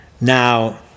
Now